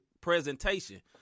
presentation